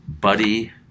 Buddy